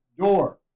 door